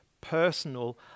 personal